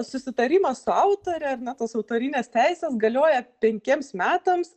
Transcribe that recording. susitarimas su autore ar ne tos autorinės teisės galioja penkiems metams